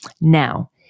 Now